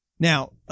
Now